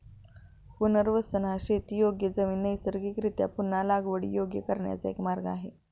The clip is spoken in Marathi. पुनर्वसन हा शेतीयोग्य जमीन नैसर्गिकरीत्या पुन्हा लागवडीयोग्य करण्याचा एक मार्ग आहे